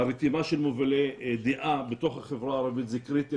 הרתימה של מובילי דעה בתוך החברה הערבית זה קריטי.